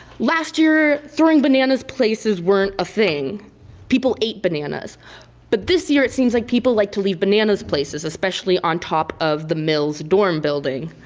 last year throwing bananas places weren't a thing people ate bananas but this year it seems like people like to leave bananas places, especially on top of the mills dorm building,